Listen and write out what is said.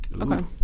Okay